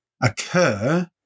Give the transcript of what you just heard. occur